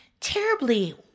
terribly